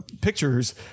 pictures